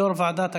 יו"ר ועדת הכספים.